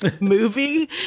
movie